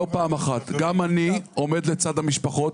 גם אני עומד לצד המשפחות.